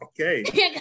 Okay